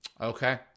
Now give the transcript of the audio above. okay